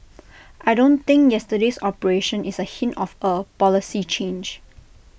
I don't think yesterday's operation is A hint of A policy change